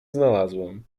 znalazłem